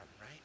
right